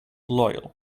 loyal